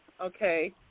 okay